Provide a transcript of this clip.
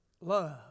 love